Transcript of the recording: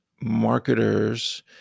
marketers